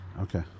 Okay